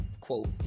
Quote